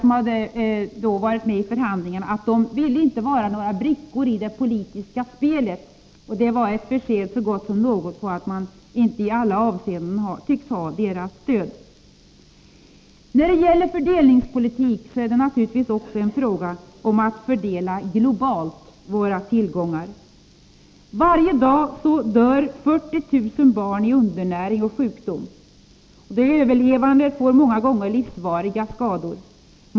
De som deltagit i förhandlingarna sade att de inte ville vara några brickori det politiska spelet — ett besked så gott som något om att man inte i alla avseenden tycks ha deras stöd. I fråga om fördelningspolitik gäller det naturligtvis också att fördela våra tillgångar globalt. Varje dag dör omkring 40 000 barn av undernäring och sjukdom. De överlevande får ofta livsvariga skador.